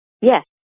Yes